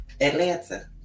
Atlanta